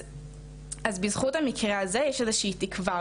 אז בזכות המקרה הזה יש איזו שהיא תקווה,